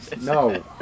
No